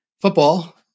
football